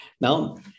Now